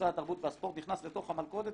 משרד התרבות והספורט נכנס לתוך המלכודת